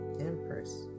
Empress